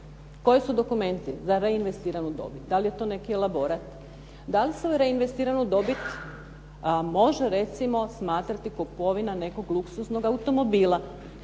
Koji su dokumenti za reinvestiranu dobit? Da li je to neki elaborat. Da li se u reinvestiranu dobit može smatrati recimo kupovina nekog luksuznog automobila?